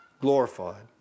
glorified